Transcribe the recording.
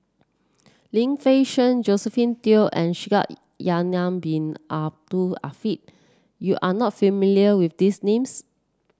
Lim Fei Shen Josephine Teo and Shaikh Yahya Bin Ahmed Afifi you are not familiar with these names